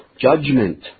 Judgment